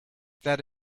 that